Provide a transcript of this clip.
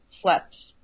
slept